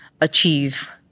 achieve